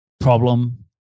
problem